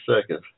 seconds